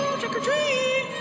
trick-or-treat